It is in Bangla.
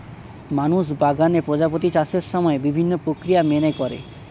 মানুষ বাগানে প্রজাপতির চাষের সময় বিভিন্ন প্রক্রিয়া মেনে করে